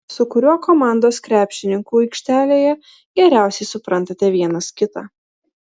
su kuriuo komandos krepšininku aikštelėje geriausiai suprantate vienas kitą